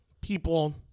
people